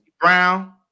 Brown